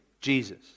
Jesus